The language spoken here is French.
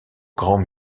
grand